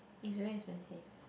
is very expensive